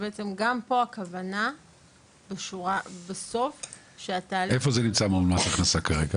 שבעצם גם פה הכוונה בסוף שהתהליך --- איפה זה נמצא מול מס הכנסה כרגע?